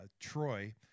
Troy